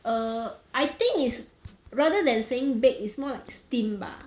err I think it's rather than saying bake it's more like steam bah